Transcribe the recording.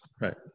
Right